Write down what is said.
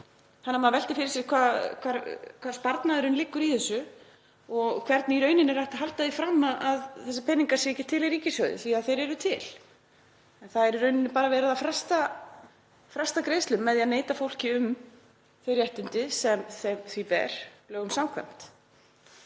uppfyllt. Maður veltir fyrir sér hvar sparnaðurinn liggur í þessu og hvernig er í rauninni hægt að halda því fram að þessir peningar séu ekki til í ríkissjóði, því að þeir eru til. Það er í rauninni bara verið að fresta greiðslum með því að neita fólki um þau réttindi sem því ber lögum samkvæmt.